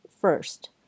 first